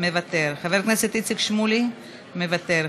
מוותר, חבר הכנסת איציק שמולי, מוותר,